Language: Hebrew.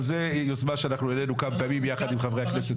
אבל זו יוזמה שאנחנו העלנו כמה פעמים יחד עם חברי הכנסת,